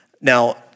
Now